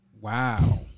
Wow